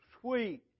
sweet